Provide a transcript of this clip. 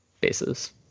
bases